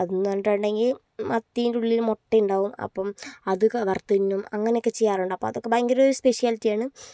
അതെന്ന് പറഞ്ഞിട്ടുണ്ടെങ്കിൽ മത്തിയുടെയുള്ളിൽ മുട്ടയുണ്ടാകും അപ്പം അതൊക്കെ വറുത്ത് തിന്നും അങ്ങനെയൊക്കെ ചെയ്യാറുണ്ട് അപ്പം അതൊക്കെ ഭയങ്കരൊരു സ്പെഷ്യലിറ്റി ആണ്